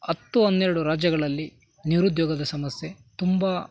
ಹತ್ತು ಹನ್ನೆರಡು ರಾಜ್ಯಗಳಲ್ಲಿ ನಿರುದ್ಯೋಗದ ಸಮಸ್ಯೆ ತುಂಬ